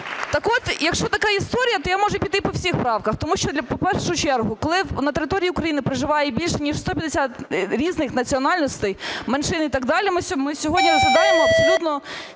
Так от, якщо така історія, то я можу піти по всіх правках. Тому що в першу чергу, коли на території України проживає більше ніж 150 різних національностей, меншин і так далі, ми сьогодні розглядаємо абсолютно